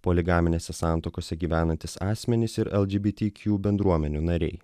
poligaminėse santuokose gyvenantys asmenys ir lgbt jų bendruomenių nariai